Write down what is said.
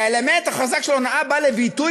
והאלמנט החזק של ההונאה בא לביטוי